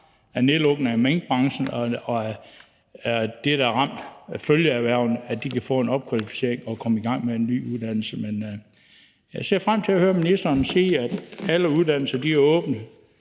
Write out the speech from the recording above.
af nedlukningen af minkbranchen og af følgeerhvervene, videre, og at de kan få en opkvalificering og komme i gang med en ny uddannelse. Men jeg ser frem til at høre ministeren sige, at alle uddannelser er åbne